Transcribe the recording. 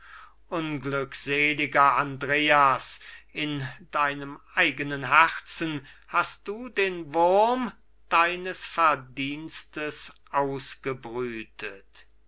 unglückseliger andreas in deinem eigenen herzen hast du den wurm deines verdiensts ausgebrütet